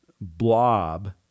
blob